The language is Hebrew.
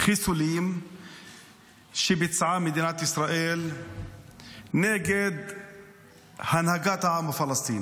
חיסולים שביצעה מדינת ישראל נגד הנהגת העם הפלסטיני.